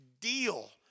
deal